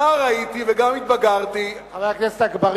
נער הייתי וגם התבגרתי, ואני